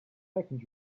second